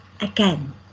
again